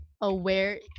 aware